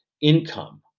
income